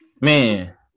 Man